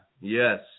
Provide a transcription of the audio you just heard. Yes